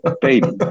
baby